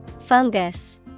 Fungus